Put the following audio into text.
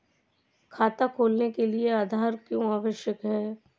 खाता खोलने के लिए आधार क्यो आवश्यक है?